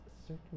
certain